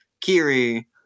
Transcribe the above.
Kiri